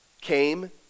came